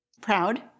Proud